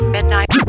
Midnight